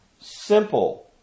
simple